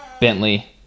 Bentley